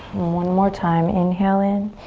one more time. inhale in.